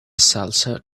salsa